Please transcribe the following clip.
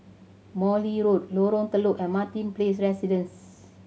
Morley Road Lorong Telok and Martin Place Residences